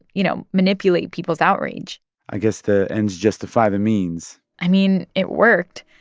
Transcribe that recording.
you know, manipulate people's outrage i guess the ends justify the means i mean, it worked.